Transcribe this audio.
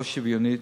לא שוויונית,